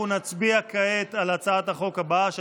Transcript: אנחנו נצביע כעת על הצעת החוק הבאה,